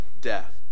death